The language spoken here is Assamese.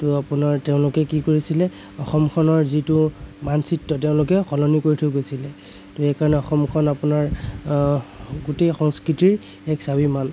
ত' আপোনাৰ তেওঁলোকে কি কৰিছিলে অসমখনৰ যিটো মানচিত্ৰ তেওঁলোকে সলনি কৰি থৈ গৈছিলে ত' সেইকাৰণে অসমখন আপোনাৰ গোটেই সংস্কৃতিৰ এক স্বাভিমান